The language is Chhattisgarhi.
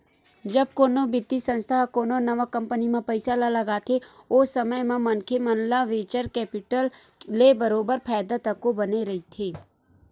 जब कोनो बित्तीय संस्था ह कोनो नवा कंपनी म पइसा ल लगाथे ओ समे म मनखे मन ल वेंचर कैपिटल ले बरोबर फायदा तको बने रहिथे